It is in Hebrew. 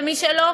ומי שלא,